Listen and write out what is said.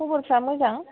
खबरफ्रा मोजां